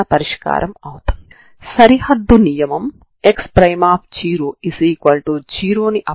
ఇలా చేస్తే మీరు ఈ చిత్రాన్ని మళ్లీ గీయడానికి ప్రయత్నిస్తారు